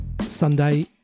sunday